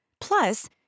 Plus